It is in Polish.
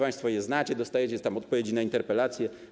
Państwo je znacie, dostajecie odpowiedzi na interpelacje.